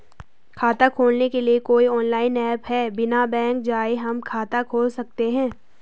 खाता खोलने के लिए कोई ऑनलाइन ऐप है बिना बैंक जाये हम खाता खोल सकते हैं?